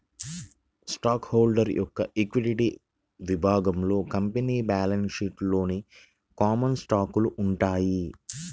stock holder యొక్క equity విభాగంలో company balance షీట్లోని కామన్ స్టాకులు ఉంటాయి